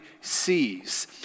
sees